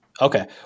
Okay